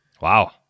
Wow